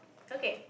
okay